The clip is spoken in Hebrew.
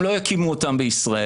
הם לא יקימו אותן בישראל.